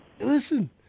Listen